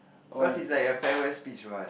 cause is like a farewell speech what